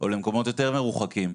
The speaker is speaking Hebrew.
או למקומות יותר מרוחקים,